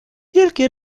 wielkie